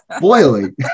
boiling